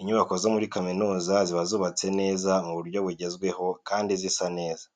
Inyubako zo muri kaminuza ziba zubatse neza mu buryo bugezweho kandi zisa neza.